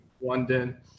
London